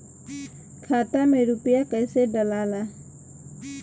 खाता में रूपया कैसे डालाला?